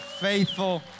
faithful